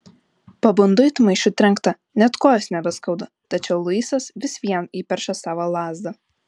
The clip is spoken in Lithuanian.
pabundu it maišu trenkta net kojos nebeskauda tačiau luisas vis vien įperša savo lazdą